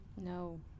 No